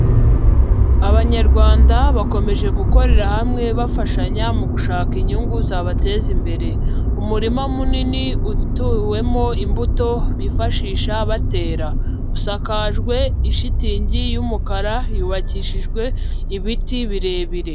Abanyarwanda bakomeje gukorera hamwe bafashanya mu gushaka inyungu zabateza imbere, umurima munini utewemo imbuto bifashisha batera, usakajwe ishitingi y'umukara, yubakishijwe ibiti birebire.